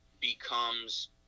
becomes